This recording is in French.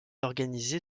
organisée